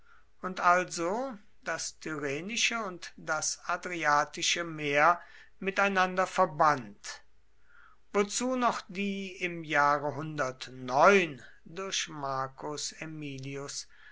und also das tyrrhenische und das adriatische meer miteinander verband wozu noch die im jahre durch marcus aemilius